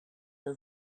her